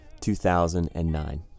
2009